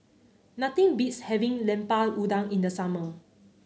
nothing beats having Lemper Udang in the summer